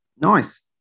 Nice